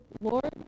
Lord